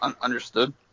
Understood